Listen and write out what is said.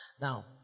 Now